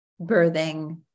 birthing